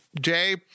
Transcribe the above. jay